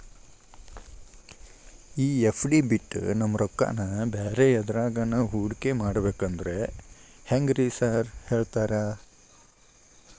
ಈ ಎಫ್.ಡಿ ಬಿಟ್ ನಮ್ ರೊಕ್ಕನಾ ಬ್ಯಾರೆ ಎದ್ರಾಗಾನ ಹೂಡಿಕೆ ಮಾಡಬೇಕಂದ್ರೆ ಹೆಂಗ್ರಿ ಸಾರ್ ಹೇಳ್ತೇರಾ?